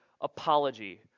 apology